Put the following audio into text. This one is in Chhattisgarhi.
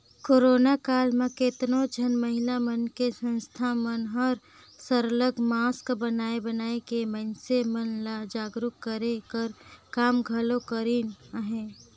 करोना काल म केतनो झन महिला मन के संस्था मन हर सरलग मास्क बनाए बनाए के मइनसे मन ल जागरूक करे कर काम घलो करिन अहें